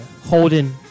Holden